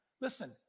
Listen